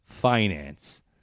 Finance